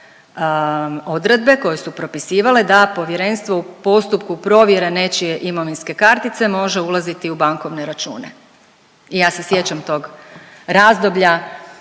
odredbe koje su propisivale da povjerenstvo u postupku provjere nečije imovinske kartice može ulaziti u bankovne račune. I ja se sjećam tog razdoblja